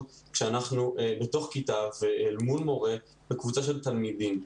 כשאנחנו בתוך כיתה ואל מול מורה וקבוצה של תלמידים.